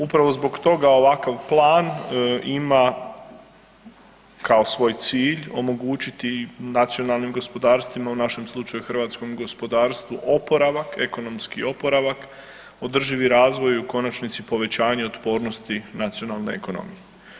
Upravo zbog toga ovakav plan ima kao svoj cilj omogućiti i nacionalnim gospodarstvima, u našem slučaju hrvatskom gospodarstvu oporavak, ekonomski oporavak, održivi razvoj i u konačnici povećanje otpornosti nacionalne ekonomije.